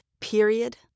period